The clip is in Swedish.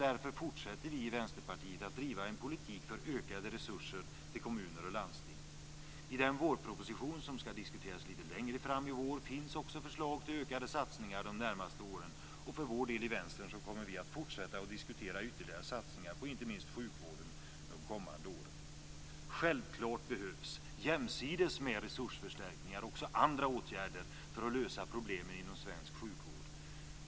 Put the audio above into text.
Därför fortsätter vi i Vänsterpartiet att driva en politik för ökade resurser till kommuner och landsting. I den vårproposition som skall diskuteras lite längre fram i vår finns också förslag till ökade satsningar de närmaste åren. För vår del i Vänstern kommer vi att fortsätta att diskutera ytterligare satsningar på inte minst sjukvården de kommande åren. Självklart behövs, jämsides med resursförstärkningar, också andra åtgärder för att lösa problemen inom svensk sjukvård.